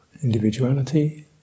individuality